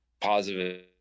positive